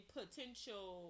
potential